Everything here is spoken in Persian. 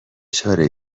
چاره